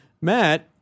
Matt